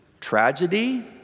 tragedy